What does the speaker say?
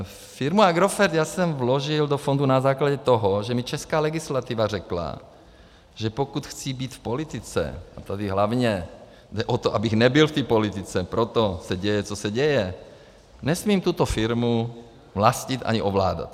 Firma Agrofert, já jsem vložil do fondu na základě toho, že mně česká legislativa řekla, že pokud chci být v politice a tady hlavně jde o to, abych nebyl v té politice, proto se děje, co se děje, nesmím tuto firmu vlastnit ani ovládat.